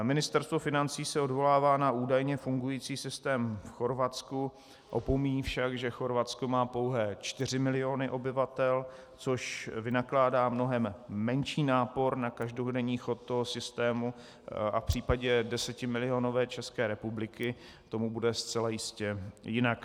Ministerstvo financí se odvolává na údajně fungující systém v Chorvatsku, opomíjí však, že Chorvatsko má pouhé čtyři miliony obyvatel, což vynakládá mnohem menší nápor na každodenní chod toho systému, a v případě desetimilionové České republiky tomu bude zcela jistě jinak.